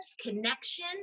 connection